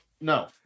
No